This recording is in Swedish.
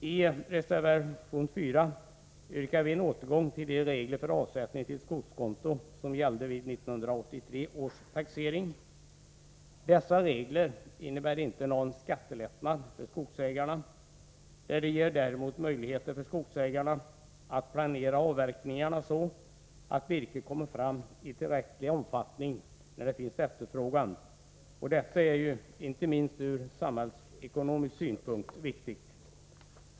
I reservation 4 yrkas en återgång till de regler för avsättning till skogskonto som gällde vid 1983 års taxering. Dessa regler innebär inte någon skattelättnad för skogsägarna. De ger emellertid möjlighet för skogsägarna att planera avverkningarna så, att virket kommer fram i tillräcklig omfattning när det finns efterfrågan. Detta är inte minst från samhällsekonomisk synpunkt riktigt.